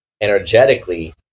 energetically